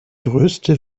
größte